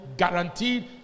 guaranteed